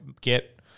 get